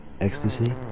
ecstasy